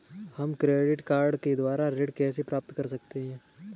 हम credit card के द्वारा ऋण कैसे प्राप्त कर सकते हैं?